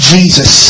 Jesus